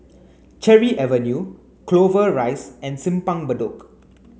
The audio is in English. Cherry Avenue Clover Rise and Simpang Bedok